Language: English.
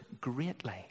greatly